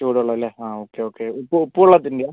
ചൂട് വെള്ളം അല്ലേ ആ ഓക്കെ ഓക്കെ ഉപ്പ് ഉപ്പ് വെള്ളത്തിന്റെയാണോ